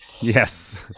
Yes